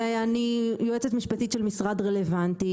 ואני יועצת משפטית של משרד רלוונטי,